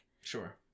Sure